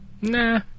Nah